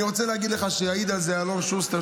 אני רוצה להגיד לך שיעיד על זה אלון שוסטר,